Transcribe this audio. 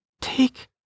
take